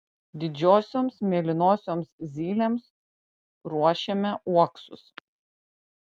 didžiosioms mėlynosioms zylėms ruošiame uoksus